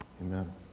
Amen